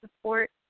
support